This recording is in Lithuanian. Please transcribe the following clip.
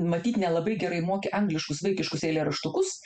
matyt nelabai gerai moki angliškus vaikiškus eilėraštukus